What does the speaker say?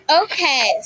okay